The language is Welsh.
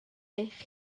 eich